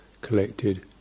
collected